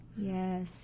Yes